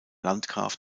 landgraf